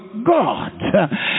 God